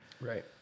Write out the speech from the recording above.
Right